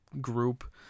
group